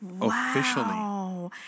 Officially